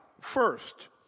first